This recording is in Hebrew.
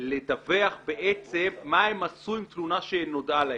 לדווח מה הן עשו עם תלונה שנודע להם.